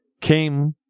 came